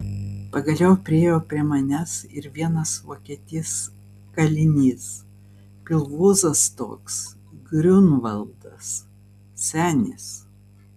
pagaliau priėjo prie manęs ir vienas vokietis kalinys pilvūzas toks griunvaldas senis